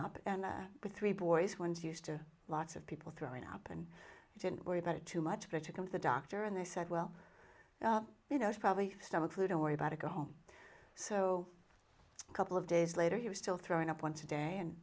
throwing up with three boys one's used to lots of people throwing up and i didn't worry about it too much better come to the doctor and they said well you know it's probably stomach flu don't worry about it go home so a couple of days later he was still throwing up once a day and